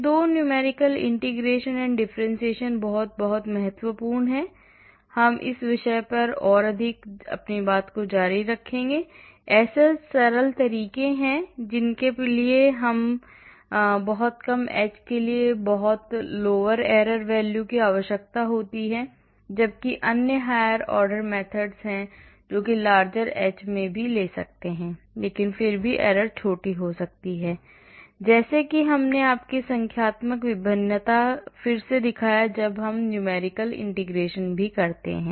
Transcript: तो ये 2 numerical integration and differentiation बहुत महत्वपूर्ण हैं और हम इस विषय पर और अधिक जारी रखेंगे और ऐसे सरल तरीके हैं जिनके लिए बहुत ही कम h के लिए बहुत low error value की आवश्यकता होती है जबकि अन्य higher order methods हैं जो larger h में भी ले सकते हैं लेकिन फिर भी errors छोटी हो सकती हैं जैसे कि हमने आपको संख्यात्मक भिन्नता में फिर से दिखाया जब हम numerical integration भी करते हैं